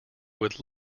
would